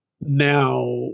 Now